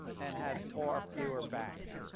and had far fewer banked.